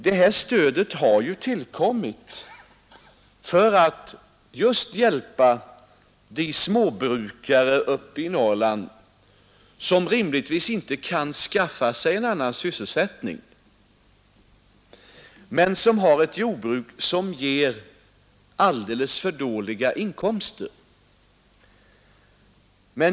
Detta stöd har ju tillkommit för att just hjälpa de småbrukare uppe i Norrland som rimligtvis inte kan skaffa sig en annan sysselsättning men som har ett jordbruk vilket ger alldeles för dåliga inkomster.